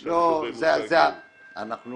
לא, אנחנו